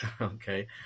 Okay